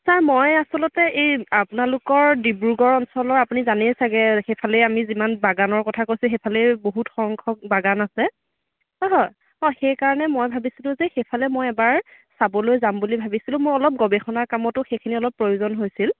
sir মই আচলতে এই আপোনালোকৰ ডিব্ৰুগড় অঞ্চলৰ আপুনি জানেই ছাগৈ সেইফালে আমি যিমান বাগানৰ কথা কৈছোঁ সেইফালেই বহুত সংখ্যক বাগান আছে সেইকাৰণে মই ভাবিছিলোঁ যে সেইফালে মই এবাৰ চাবলৈ যাম বুলি ভাবিছোঁ মই অলপ গৱেষণাৰ কামতো সেইখিনি অলপ প্ৰয়োজন হৈছিল